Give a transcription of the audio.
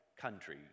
country